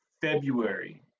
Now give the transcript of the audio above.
February